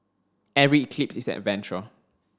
every eclipse is an adventure